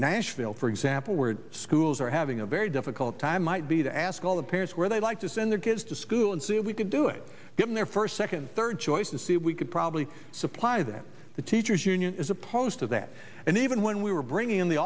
nashville for example where schools are having a very difficult time might be to ask all the parents where they like to send their kids to school and see if we can do it given their first second third choice to see if we could probably supply them the teachers union as opposed to that and even when we were bringing